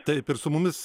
taip ir su mumis